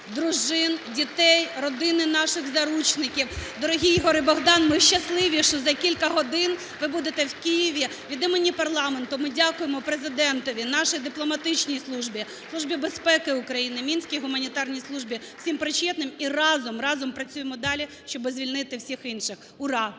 дружин, дітей, родини наших заручників! (Оплески) Дорогі Ігор і Богдан! Ми щасливі, що за кілька годин ви будете в Києві. Від імені парламенту ми дякуємо Президентові, нашій дипломатичній службі, Службі безпеки України, Мінській гуманітарній службі, всім причетним. І разом, разом працюємо далі, щоби звільнити всіх інших. Ура!